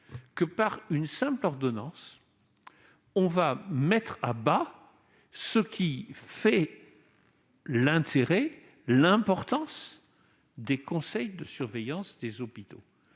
que, par une simple ordonnance, on va mettre à bas ce qui fait l'intérêt et l'importance des conseils de surveillance des hôpitaux.